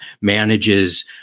manages